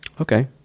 Okay